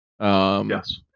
Yes